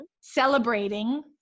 celebrating